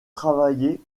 travaillé